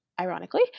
ironically